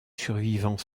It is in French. survivants